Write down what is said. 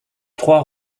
trois